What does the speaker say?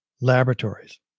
laboratories